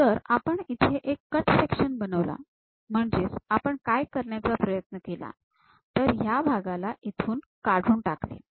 जर आपण इथे एक कट सेक्शन बनवला म्हणजेच आपण काय करण्याचा प्रयत्न केला तर या भागाला इथून काढून टाकले